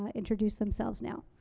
ah introduce themselves now.